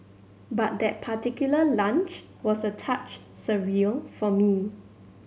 but that particular lunch was a touch surreal for me